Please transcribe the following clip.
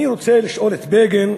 אני רוצה לשאול את בגין,